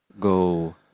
go